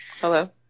Hello